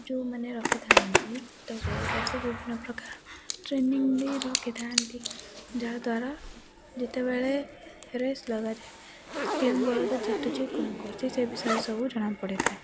ଯେଉଁମାନେ ରଖିଥାନ୍ତି ତ ବିଭିନ୍ନ ପ୍ରକାର ଟ୍ରେନିଂ ଦେଇ ରଖିଥାନ୍ତି ଯାହାଦ୍ୱାରା ଯେତେବେଳେ ରେସ୍ ଲଗାଯାଏ ତ କେଉଁ ବଳଦ ଜିତୁଛି କଣ କରୁଛି ସେ ବିଷୟରେ ସବୁ ଜଣାପଡ଼ିଥାଏ